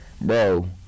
Bro